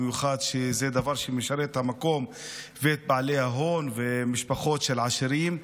במיוחד שזה דבר שמשרת את המקום ואת בעלי ההון ומשפחות העשירים.